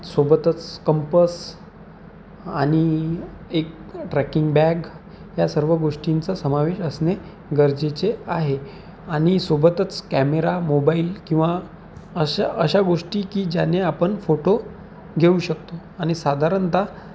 सोबतच कंपस आणि एक ट्रॅकिंग बॅग या सर्व गोष्टींचा समावेश असणे गरजेचे आहे आणि सोबतच कॅमेरा मोबाईल किंवा अशा अशा गोष्टी की ज्याने आपण फोटो घेऊ शकतो आणि साधारणतः